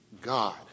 God